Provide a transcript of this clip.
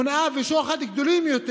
הונאה ושוחד גדולים יותר,